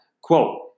quote